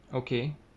okay